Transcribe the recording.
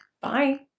Bye